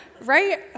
Right